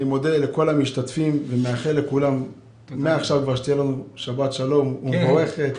אני מודה לכל המשתתפים ומאחל לכולם שתהיה לנו שבת שלום ומבורכת.